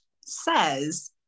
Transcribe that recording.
says